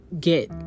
get